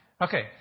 Okay